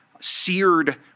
seared